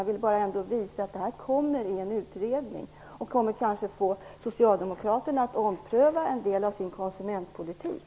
Jag ville visa att detta kommer i en utredning och att det kanske kommer att få socialdemokraterna att ompröva en del av sin konsumentpolitik.